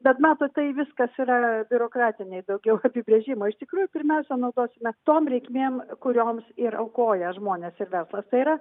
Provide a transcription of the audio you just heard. bet matot tai viskas yra biurokratiniai daugiau apibrėžimai iš tikrųjų pirmiausia nuo tos mes tom reikmėm kurioms ir aukoja žmonės ir verslas tai yra